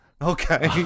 okay